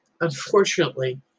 unfortunately